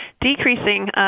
decreasing